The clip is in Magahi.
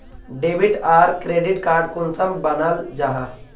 डेबिट आर क्रेडिट कार्ड कुंसम बनाल जाहा?